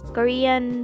Korean